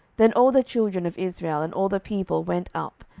then all the children of israel, and all the people, went up,